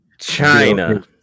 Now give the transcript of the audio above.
China